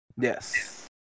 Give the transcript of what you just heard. Yes